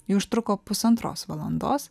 ji užtruko pusantros valandos